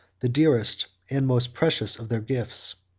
the dearest and most precious of their gifts.